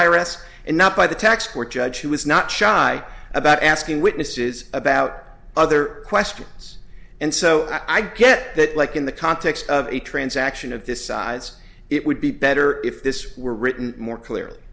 s and not by the tax court judge who was not shy about asking witnesses about other questions and so i get that like in the context of a transaction of this size it would be better if this were written more clearly